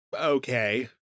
okay